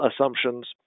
assumptions